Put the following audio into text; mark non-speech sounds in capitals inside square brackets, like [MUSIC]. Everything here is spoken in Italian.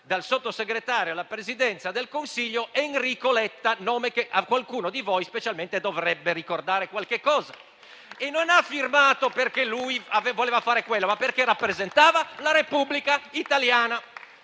dal sottosegretario alla Presidenza del Consiglio Enrico Letta, nome che a qualcuno di voi specialmente dovrebbe ricordare qualche cosa. [APPLAUSE] E non ha firmato perché voleva fare quello, ma perché rappresentava la Repubblica italiana.